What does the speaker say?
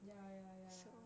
ya ya ya